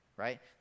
Right